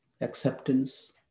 acceptance